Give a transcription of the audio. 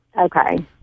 okay